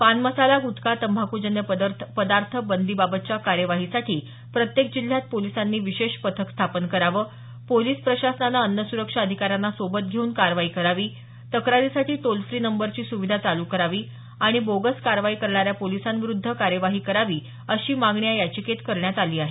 पानमसाला ग्टखा तंबाखूजन्य पदार्थ बंदी बाबतच्या कार्यवाहीसाठी प्रत्येक जिल्ह्यात पोलिसांनी विशेष पथक स्थापन करावं पोलीस प्रशासनानं अन्न सुरक्षा अधिकाऱ्यांना सोबत घेऊन कार्यवाही करावी तक्रारीसाठी टोल फ्री नंबर ची सुविधा चालू करावी आणि बोगस कारवाई करणाऱ्या पोलिसांविरुद्ध कार्यवाही करावी अशी मागणी या याचिकेत करण्यात आली आहे